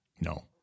No